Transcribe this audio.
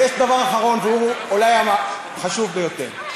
יש דבר אחרון, והוא אולי החשוב ביותר.